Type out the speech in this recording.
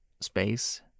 space